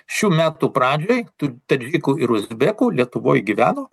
šių metų pradžioj tų tadžikų ir uzbekų lietuvoj gyveno